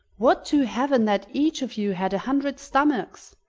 would to heaven that each of you had a hundred stomachs!